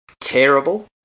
terrible